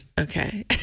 Okay